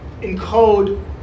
encode